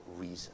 reason